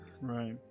right